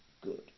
good